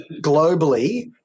globally